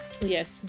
yes